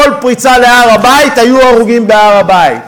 בכל פריצה להר-הבית היו הרוגים בהר-הבית.